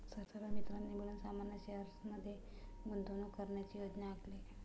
सर्व मित्रांनी मिळून सामान्य शेअर्स मध्ये गुंतवणूक करण्याची योजना आखली